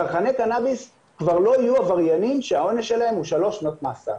צרכני קנאביס כבר לא יהיו עבריינים שהעונש שלהם הוא שלוש שנות מאסר.